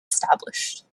established